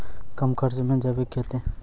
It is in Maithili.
कम खर्च मे जैविक खेती?